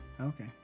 Okay